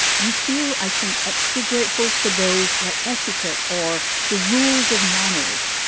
you feel, i think, extra grateful for those like etiquette or the rules of manners.